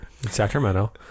Sacramento